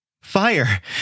Fire